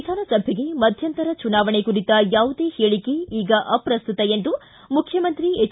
ವಿಧಾನಸಭೆಗೆ ಮಧ್ಯಂತರ ಚುನಾವಣೆ ಕುರಿತ ಯಾವುದೇ ಹೇಳಿಕೆ ಈಗ ಅಪ್ರಸ್ತುತ ಎಂದು ಮುಖ್ಯಮಂತ್ರಿ ಎಚ್